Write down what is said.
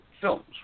films